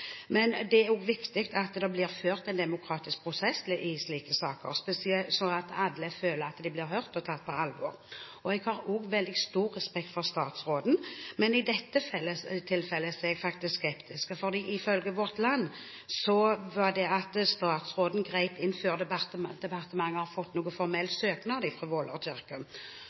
men det er òg viktig at det blir ført en demokratisk prosess i slike saker, slik at alle føler at de blir hørt og tatt på alvor. Jeg har òg veldig stor respekt for statsråden, men i dette tilfellet er jeg faktisk skeptisk, for ifølge Vårt Land var det slik at statsråden grep inn før departementet hadde fått noen formell søknad